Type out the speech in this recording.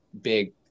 big